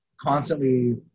constantly